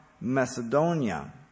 Macedonia